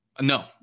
no